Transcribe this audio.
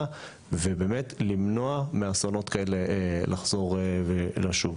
ובאמת למנוע מאסונות כאלה לחזור ולשוב.